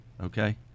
Okay